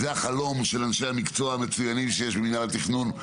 זה החלום של אנשי המקצועי המצוינים שיש במינהל התכנון.